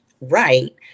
right